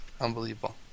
unbelievable